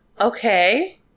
Okay